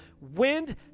Wind